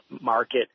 market